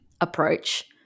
approach